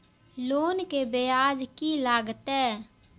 Loan के ब्याज की लागते?